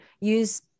use